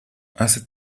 hace